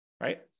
right